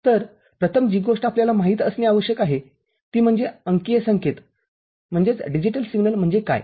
तर प्रथम जी गोष्ट आपल्याला माहित असणे आवश्यक आहे ती म्हणजे अंकीय संकेत म्हणजे काय